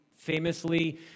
Famously